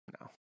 No